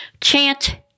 chant